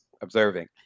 observing